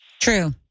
True